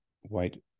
white